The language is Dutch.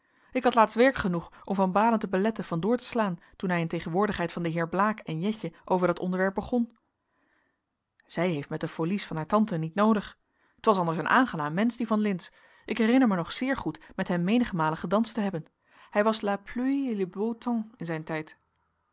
ik had laatst werk genoeg om van baalen te beletten van door te slaan toen hij in tegenwoordigheid van den heer blaek en jetje over dat onderwerp begon zij heeft met de folies van haar tante niet noodig t was anders een aangenaam mensch die van lintz ik herinner mij nog zeer goed met hem menigmalen gedanst te hebben hij was la pluie et le beau temps in zijn tijd